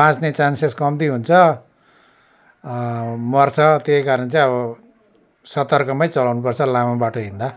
बाँच्ने चान्सेस कम्ती हुन्छ मर्छ त्यही कारण चाहिँ अब सतर्कमै चलाउनु पर्छ लामो बाटो हिँड्दा